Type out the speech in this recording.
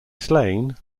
slain